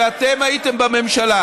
כשאתם הייתם בממשלה.